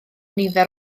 nifer